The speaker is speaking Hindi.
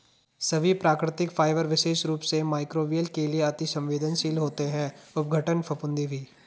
सभी प्राकृतिक फाइबर विशेष रूप से मइक्रोबियल के लिए अति सवेंदनशील होते हैं अपघटन, फफूंदी भी